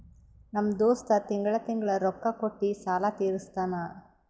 ನಮ್ ದೋಸ್ತ ತಿಂಗಳಾ ತಿಂಗಳಾ ರೊಕ್ಕಾ ಕೊಟ್ಟಿ ಸಾಲ ತೀರಸ್ತಾನ್